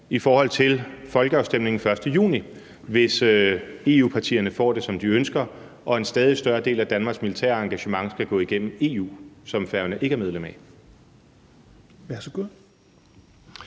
i forhold til folkeafstemningen den 1. juni, hvis EU-partierne får det, som de ønsker det, og en stadig større del af Danmarks militære engagement skal gå igennem EU, som Færøerne ikke er medlem af.